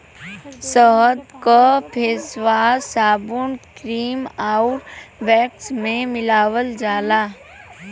शहद के फेसवाश, साबुन, क्रीम आउर वैक्स में मिलावल जाला